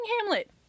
Hamlet